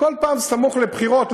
כל פעם סמוך לבחירות,